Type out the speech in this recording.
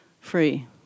free